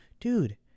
Dude